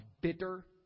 bitter